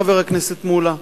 חבר הכנסת מולה,